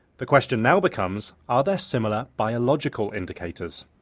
the question now becomes are there similar biological indicators?